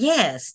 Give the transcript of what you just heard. Yes